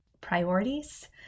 priorities